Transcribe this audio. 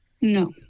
No